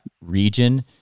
region